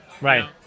Right